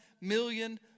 million